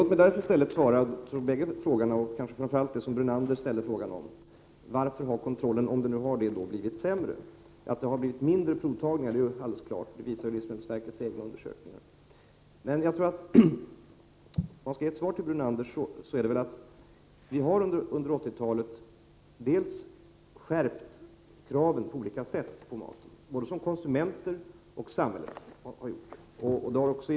Låt mig i stället besvara frågan om varför kontrollen blivit sämre — om den nu har blivit sämre. Det är alldeles klart att det har blivit färre provtagningar. Det visar livsmedelsverkets egna undersökningar. Mitt svar till Lennart Brunander är att vi under 1980-talet har skärpt kraven på livsmedel på olika sätt, både från konsumenter och från samhället i dess helhet.